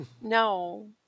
No